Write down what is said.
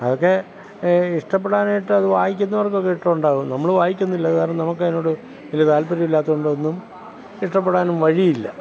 അതൊക്കെ ഇഷ്ടപ്പെടാനായിട്ട് അത് വായിക്കുന്നവർകൊക്കെ ഇഷ്ടമുണ്ടാവും നമ്മൾ വായിക്കുന്നില്ല അത് കാരണം നമുക്ക് അതിനോട് വലിയ താൽപ്പര്യം ഇല്ലാത്തത് കൊണ്ടൊന്നും ഇഷ്ടപ്പെടാനും വഴിയില്ല